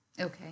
Okay